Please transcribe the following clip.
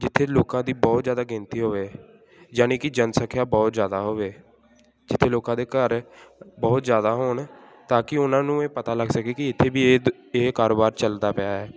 ਜਿੱਥੇ ਲੋਕਾਂ ਦੀ ਬਹੁਤ ਜ਼ਿਆਦਾ ਗਿਣਤੀ ਹੋਵੇ ਯਾਨੀ ਕਿ ਜਨਸੰਖਿਆ ਬਹੁਤ ਜ਼ਿਆਦਾ ਹੋਵੇ ਜਿੱਥੇ ਲੋਕਾਂ ਦੇ ਘਰ ਬਹੁਤ ਜ਼ਿਆਦਾ ਹੋਣ ਤਾਂ ਕਿ ਉਹਨਾਂ ਨੂੰ ਇਹ ਪਤਾ ਲੱਗ ਸਕੇ ਕਿ ਇੱਥੇ ਵੀ ਇਹ ਇਹ ਕਾਰੋਬਾਰ ਚਲਦਾ ਪਿਆ ਹੈ